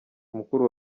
mukuru